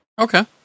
Okay